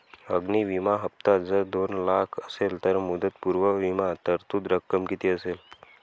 अग्नि विमा हफ्ता जर दोन लाख असेल तर मुदतपूर्व विमा तरतूद रक्कम किती असेल?